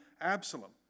Absalom